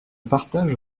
partage